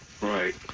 Right